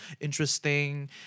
interesting